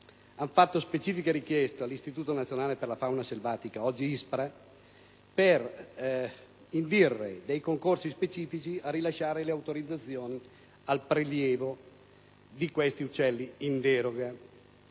hanno fatto specifica richiesta all'Istituto nazionale per la fauna selvatica, oggi ISPRA, per indire concorsi specifici a rilasciare le autorizzazioni al prelievo di questi uccelli in deroga.